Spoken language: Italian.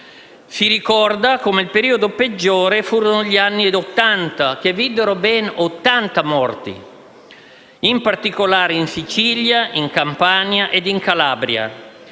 Si ricorda come il periodo peggiore furono gli anni Ottanta, che videro ben 80 morti, in particolare in Sicilia, in Campania e in Calabria.